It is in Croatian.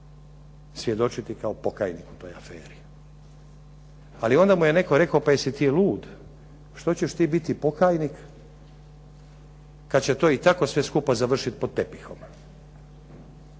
svjedočiti kao pokajnik u toj aferi ali onda mu je netko rekao pa jesi li ti lud, što ćeš ti biti pokajnik kad će to i tako sve skupa završiti pod tepihom.